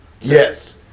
Yes